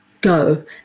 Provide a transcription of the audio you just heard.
go